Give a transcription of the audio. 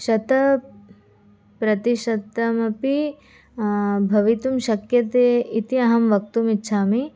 शतप्रतिशतमपि भवितुं शक्यते इति अहं वक्तुम् इच्छामि